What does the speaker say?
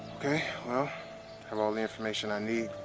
okay, well, i have all the information i need.